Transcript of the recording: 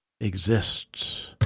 exists